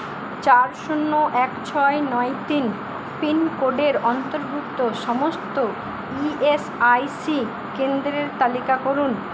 চার শূন্য এক ছয় নয় তিন পিনকোডের অন্তর্ভুক্ত সমস্ত ই এস আই সি কেন্দ্রের তালিকা করুন